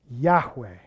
Yahweh